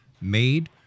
made